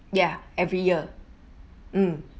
ya every year mm